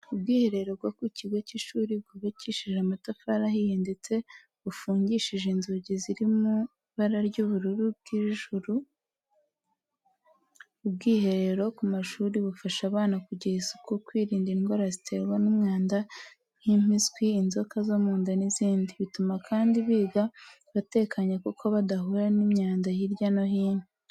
Ubwiherero bwo ku kigo cy'ishuri bwubakishije amatafari ahiye ndetse bufungishije inzugi ziri mu ibara ry'ubururu bw'ijuru. Ubwiherero ku mashuri bufasha abana kugira isuku, kwirinda indwara ziterwa n’umwanda nk'impiswi, inzoka zo mu nda n'izindi. Bituma kandi biga batekanye kuko badahura n'imyanda hirya no hino.